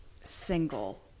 single